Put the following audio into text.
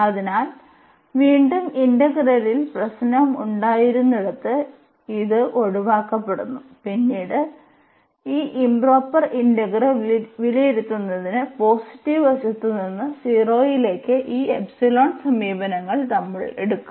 അതിനാൽ വീണ്ടും ഇന്റഗ്രലിൽ പ്രശ്നം ഉണ്ടായിരുന്നിടത്ത് ഇത് ഒഴിവാക്കപ്പെടുന്നു പിന്നീട് ഈ ഇംപ്റോപർ ഇന്റഗ്രൽ വിലയിരുത്തുന്നതിന് പോസിറ്റീവ് വശത്ത് നിന്ന് 0 ലേക്ക് ഈ എപ്സിലോൺ സമീപനങ്ങൾ നമ്മൾ എടുക്കും